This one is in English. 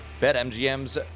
BetMGM's